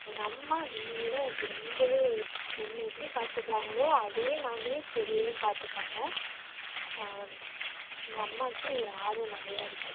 எங்கம்மா என்னை விட அது ரொம்பவே என்னை எப்படி பார்த்துக்குறாங்களோ அதே மாதிரி செடியையும் பார்த்துப்பாங்க எங்கம்மாவுக்கு இதில் ஆர்வம் நிறையாருக்கும்